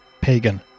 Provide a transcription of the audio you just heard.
pagan